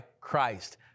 Christ